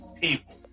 people